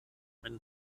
einen